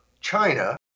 China